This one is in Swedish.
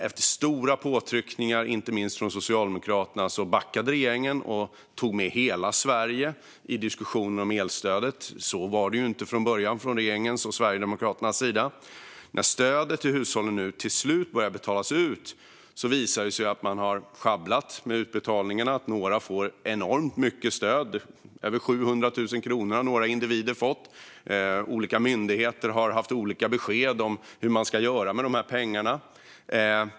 Efter stora påtryckningar, inte minst från Socialdemokraterna, backade regeringen och tog med hela Sverige i diskussionen om elstödet. Så var det inte från början från regeringens och Sverigedemokraternas sida. När stödet till hushållen nu till slut börjar betalas ut visar det sig att man har sjabblat med utbetalningarna. Några får enormt mycket stöd; till exempel har några individer fått över 700 000 kronor. Olika myndigheter har givit olika besked om hur man ska göra med pengarna.